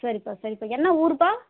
சரிப்பா சரிப்பா என்ன ஊர்ப்பா